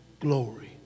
glory